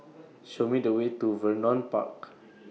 Show Me The Way to Vernon Park